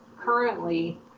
currently